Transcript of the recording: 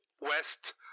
west